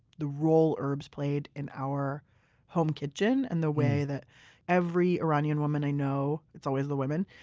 the role herbs played in our home kitchen and the way that every iranian woman i know it's always the women